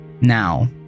Now